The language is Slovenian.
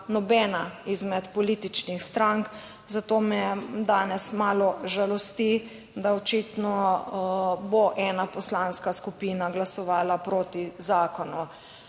nobena izmed političnih strank, zato me danes malo žalosti, da očitno bo ena poslanska skupina glasovala proti zakonu.